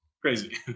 crazy